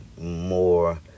more